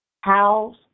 House